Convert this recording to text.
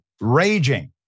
raging